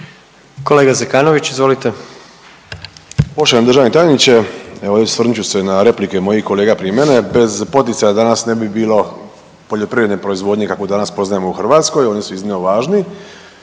**Zekanović, Hrvoje (HDS)** Poštovani državni tajniče, evo osvrnut ću se na replike mojih kolega prije mene, bez poticaja danas ne bi bilo poljoprivredne proizvodnje kakvu danas poznajemo u Hrvatskoj, oni su iznimno važni